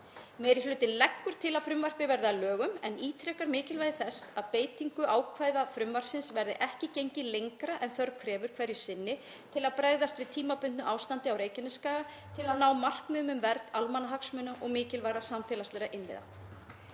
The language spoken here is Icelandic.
Meiri hlutinn leggur til að frumvarpið verði að lögum en ítrekar mikilvægi þess að við beitingu ákvæða frumvarpsins verði ekki gengið lengra en þörf krefur hverju sinni til að bregðast við tímabundnu ástandi á Reykjanesskaga til að ná markmiðum um vernd almannahagsmuna og mikilvægra samfélagslegra innviða.